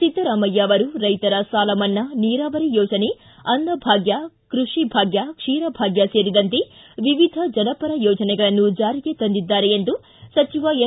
ಸಿದ್ದರಾಮಯ್ಯ ಅವರು ರೈತರ ಸಾಲ ಮನ್ನಾ ನೀರಾವರಿ ಯೋಜನೆ ಅನ್ನಭಾಗ್ಯ ಕೃಷಿ ಭಾಗ್ಯ ಕ್ಷೀರ ಭಾಗ್ಯ ಸೇರಿದಂತೆ ವಿವಿಧ ಜನಪರ ಯೋಜನೆಗಳನ್ನು ಜಾರಿಗೆ ತಂದಿದ್ದಾರೆ ಎಂದು ಸಚಿವ ಎಂ